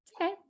Okay